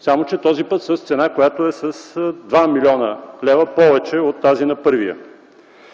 само че този път с цена, която е с 2 млн. лв. повече от тази на първия.